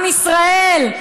עם ישראל,